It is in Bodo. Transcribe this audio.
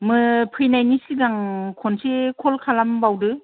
फैनायनि सिगां खनसे कल खालामबावदो